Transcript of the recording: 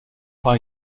par